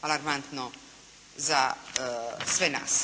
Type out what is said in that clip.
alarmantno za sve nas.